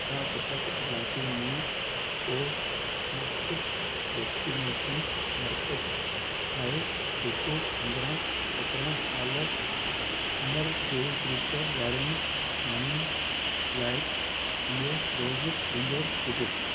छा कटक इलाइके में को मुफ़्त वैक्सनेशन मर्कज आहे जेको पंद्रहं सत्रहं साल उमिरि जे ग्रूप वारनि माण्हुनि लाइ बि॒यों डोज़ ॾींदो हुजे